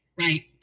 right